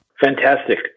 Fantastic